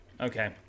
Okay